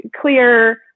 clear